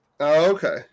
Okay